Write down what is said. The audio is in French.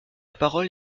parole